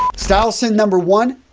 style sin number one,